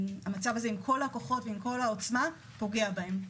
המצב הזה, עם כל הכוחות ועם כל העוצמה, פוגע בהם.